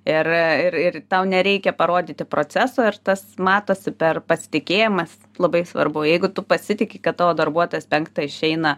ir ir ir tau nereikia parodyti proceso ir tas matosi per pasitikėjimas labai svarbu jeigu tu pasitiki kad tavo darbuotojas penktą išeina